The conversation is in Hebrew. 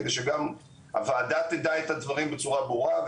כדי שגם הוועדה תדע את הדברים בצורה ברורה,